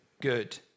good